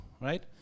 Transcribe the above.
right